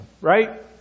right